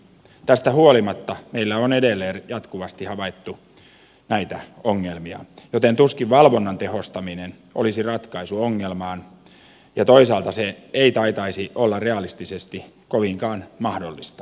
tästä huolimatta meillä on edelleen jatkuvasti havaittu näitä ongelmia joten tuskin valvonnan tehostaminen olisi ratkaisu ongelmaan ja toisaalta se ei taitaisi olla realistisesti kovinkaan mahdollista